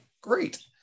Great